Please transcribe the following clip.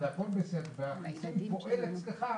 והחיסון פועל אצלך,